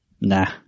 Nah